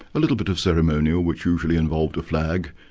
a little bit of ceremonial, which usually involved a flag,